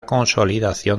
consolidación